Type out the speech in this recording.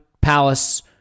Palace